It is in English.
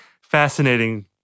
fascinating